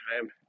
time